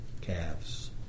calves